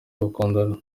bakundana